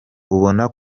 ubona